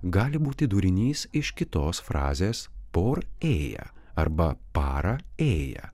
gali būti dūrinys iš kitos frazės por ėja arba parą ėję